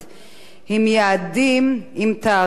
עם יעדים ועם תאריכים,